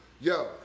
Yo